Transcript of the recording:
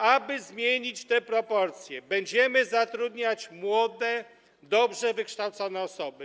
Aby zmienić te proporcje, będziemy zatrudniać młode, dobrze wykształcone osoby.